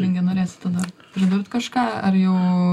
linge norėsite dar pridurt kažką ar jau